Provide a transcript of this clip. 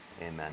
amen